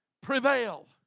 prevail